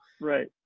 right